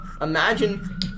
imagine